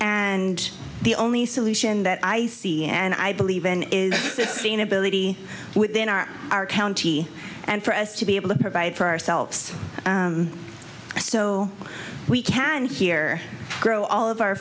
and the only solution that i see and i believe in is seen ability within our our county and for us to be able to provide for ourselves so we can here grow all of our